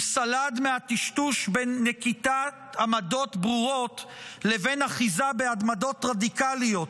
הוא סלד מהטשטוש בין נקיטת עמדות ברורות לבין אחיזה בעמדות רדיקליות,